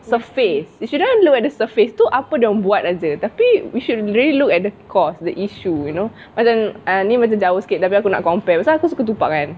surface you shouldn't look at the surface tu apa dorang buat jer tapi you should really look at the cause the issue you know ni macam jauh sikit tapi aku nak compare pasal aku suka tupac kan